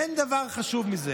אין דבר חשוב ממנו.